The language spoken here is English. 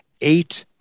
eight